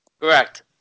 correct